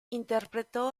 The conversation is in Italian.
interpretò